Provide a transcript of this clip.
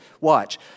Watch